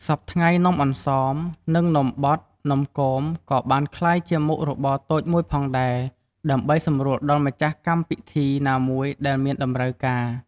សព្វថ្ងៃនំអន្សម និងនំបត់នំគម ក៏បានក្លាចជាមុខរបតូចមួយផងដែរ ដើម្បីសម្រួលដល់ម្ចាស់់កម្មពីធីណាមួយដែលមានតម្រូវការ។